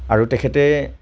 আৰু তেখেতে